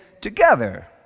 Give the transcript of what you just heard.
together